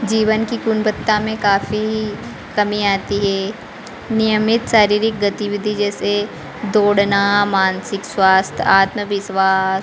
जीवन की गुणवत्ता में काफ़ी कमी आती है नियमित शारीरिक गतिविधि जैसे दौड़ना मानसिक स्वास्थ्य आत्मविश्वास